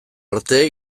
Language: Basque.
arte